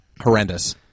horrendous